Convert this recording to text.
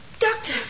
Doctor